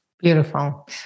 Beautiful